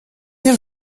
ihr